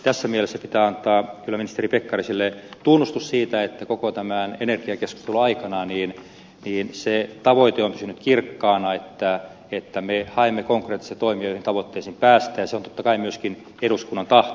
tässä mielessä pitää antaa kyllä ministeri pekkariselle tunnustus siitä että koko tämän energiakeskustelun aikana se tavoite on pysynyt kirkkaana ja me haemme konkreettisia toimia joilla tavoitteisiin päästään ja se on totta kai myöskin eduskunnan tahto